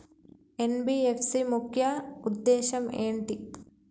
NBFC ముఖ్య ఉద్దేశం ఏంటి?